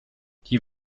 die